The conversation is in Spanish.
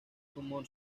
tumor